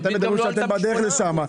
ואתם מדברים שאתם בדרך לשם.